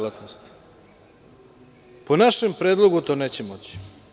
Po našem predlogu to neće moći.